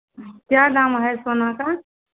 क्या दाम है सोना का